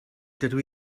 dydw